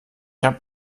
hab